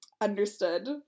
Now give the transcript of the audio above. understood